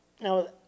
Now